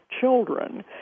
children